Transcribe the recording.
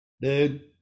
Dude